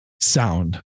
sound